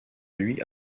lui